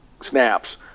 snaps